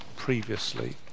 Previously